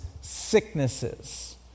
sicknesses